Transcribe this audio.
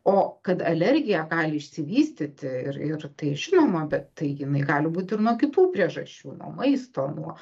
o kad alergija gali išsivystyti ir ir tai žinoma bet tai jinai gali būt ir nuo kitų priežasčių nuo maisto nuo